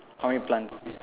how many plants